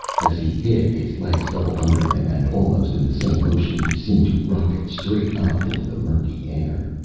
as he hit, his legs doubled under him, and almost in the same motion he seemed to rocket straight up into the murky air.